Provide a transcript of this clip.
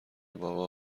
بابا